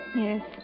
Yes